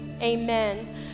amen